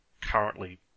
currently